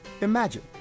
Imagine